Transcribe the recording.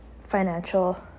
financial